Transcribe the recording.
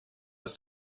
his